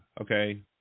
Okay